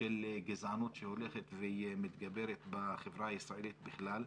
של גזענות שהולכת ומתגברת בחברה הישראלית בכלל.